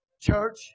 church